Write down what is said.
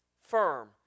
firm